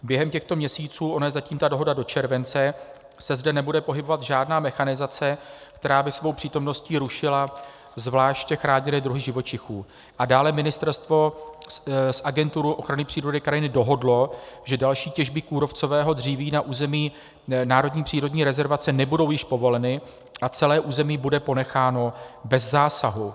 Během těchto měsíců ona je zatím ta dohoda do července se zde nebude pohybovat žádná mechanizace, která by svou přítomností rušila zvláště chráněné druhy živočichů, a dále ministerstvo s Agenturou ochrany přírody a krajiny dohodlo, že další těžby kůrovcového dříví na území národní přírodní rezervace nebudou již povoleny a celé území bude ponecháno bez zásahu.